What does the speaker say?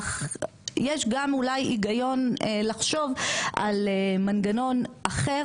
אך יש גם אולי הגיון לחשוב על מנגנון אחר